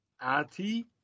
Ati